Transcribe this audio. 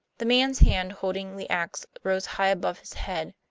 the man's hand holding the ax rose high above his head,